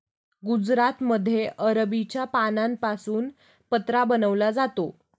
गुजरातमध्ये अरबीच्या पानांपासून पत्रा बनवला जातो